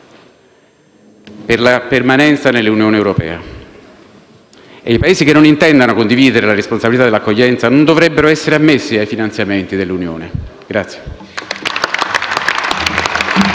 per la permanenza nell'Unione europea, e i Paesi che non intendono condividere le responsabilità dell'accoglienza non dovrebbero essere ammessi ai finanziamenti dell'Unione.